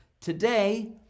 Today